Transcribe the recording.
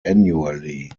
annually